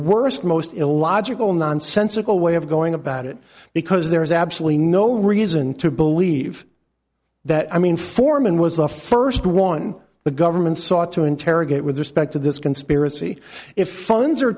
worst most illogical nonsensical way of going about it because there is absolutely no reason to believe that i mean foreman was the first one the government saw to interrogate with respect to this conspiracy if funds are